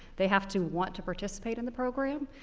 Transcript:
they have to want to participate in the program.